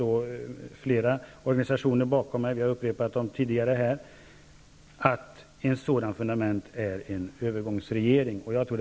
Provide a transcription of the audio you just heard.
Jag har flera organisationer bakom mig som stödjer den uppfattningen. Vi har nämnt dem tidigare här.